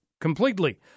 completely